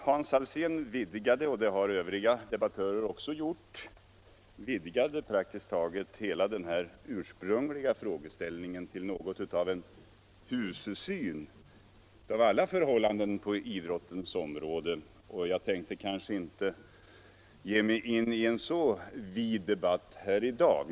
Hans Alsén vidgade, och det har övriga debattörer också gjort, den ursprungliga frågeställningen till något av en husesyn av alla förhållanden på idrottens område. Jag tänkte inte ge mig in i en så vid debatt här i dag.